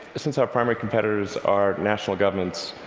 since our primary competitors are national governments,